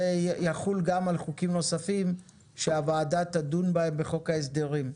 יחול גם על חוקים נוספים שהוועדה תדון בהם בחוק ההסדרים.